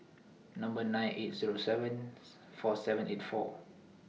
Number nine eight Zero seven four seven eight four